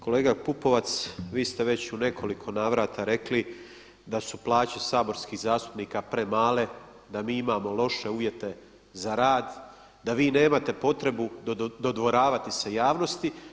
Kolega Pupovac, vi ste već u nekoliko navrata rekli da su plaće saborskih zastupnika premale, da mi imamo loše uvjete za rad, da vi nemate potrebu dodvoravati se javnosti.